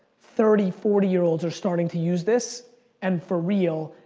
thirty, forty year olds are starting to use this and for real,